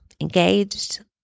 engaged